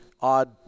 odd